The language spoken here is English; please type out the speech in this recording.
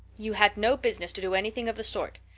you had no business to do anything of the sort.